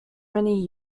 many